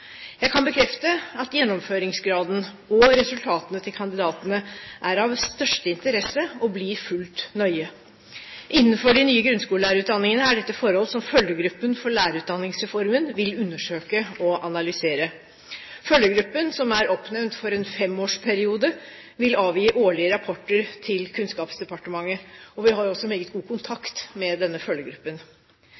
Jeg kan bekrefte at gjennomføringsgraden og resultatene til kandidatene er av største interesse og blir fulgt nøye. Innenfor de nye grunnskolelærerutdanningene er dette forhold som Følgegruppen for lærerutdanningsreformen vil undersøke og analysere. Følgegruppen, som er oppnevnt for en femårsperiode, vil avgi årlige rapporter til Kunnskapsdepartementet. Vi har også meget god